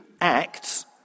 acts